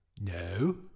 No